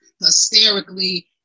hysterically